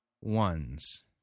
ones